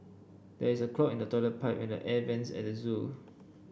there is a clog in the toilet pipe and the air vents at the zoo